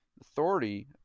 authority